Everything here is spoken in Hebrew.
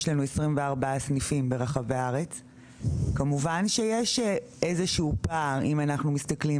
יש לנו 24 סניפים ברחבי הארץ כמובן שיש איזשהו פער אם אנחנו מסתכלים,